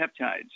peptides